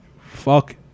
Fuck